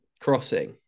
crossing